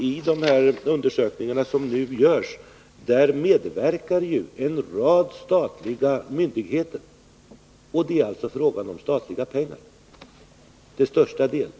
I de undersökningar som nu görs medverkar en rad statliga myndigheter. Det är alltså till största delen fråga om statliga pengar.